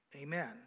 Amen